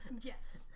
Yes